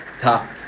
top